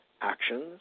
actions